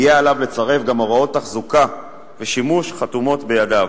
יהיה עליו לצרף גם הוראות תחזוקה ושימוש חתומות בידיו,